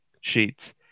sheets